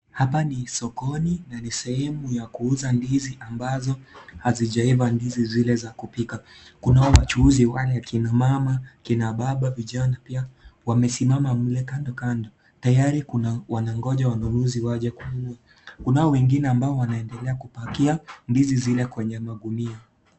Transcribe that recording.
Hapa ni sokoni na ni sehemu ya kuuza ndizi ambayo hazijaiva ndizi zile za kupika. Kunao wachuuzi wale, akina mama, akina baba, vijana pia wamesimama mle kando kando. Tayari wanangoja wanunuzi waje kununua. Kunao wengine ambao wanaoendelea kupakia ndizi zile kwenye magunia.